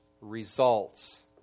results